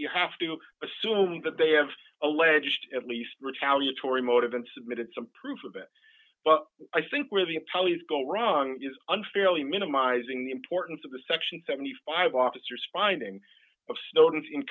have to assume that they have alleged at least retaliatory motive and submitted some proof of it but i think where the pollies go wrong is unfairly minimizing the importance of the section seventy five officers finding of snowden's in